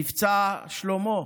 מבצע שלמה,